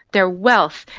their wealth,